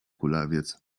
kulawiec